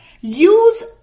Use